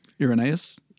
Irenaeus